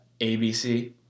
ABC